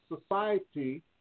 society